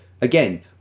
again